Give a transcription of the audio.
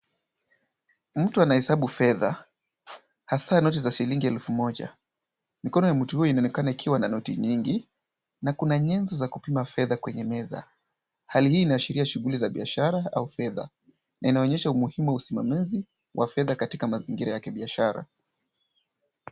Mtu anahesabu fedha, hasa noti za shilingi elfu moja. Mikono ya mtu huyo inaonekana ikiwa na noti nyingi. Na kuna nyenzo za kupima fedha kwenye meza. Hali hii inaashiria shughuli za biashara au fedha, na inaonyesha umuhimu wa usimamizi wa fedha katika mazingira ya kibiashara.